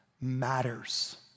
matters